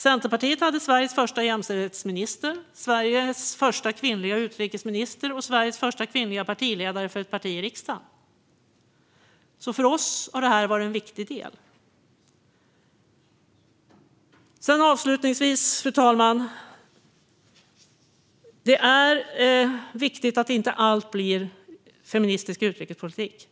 Centerpartiet hade Sveriges första jämställdhetsminister, Sverige första kvinnliga utrikesminister och Sveriges första kvinnliga ledare för ett parti i riksdagen, så för oss har jämställdheten varit en viktig del. Avslutningsvis, fru talman, är det viktigt att inte allt blir feministisk utrikespolitik.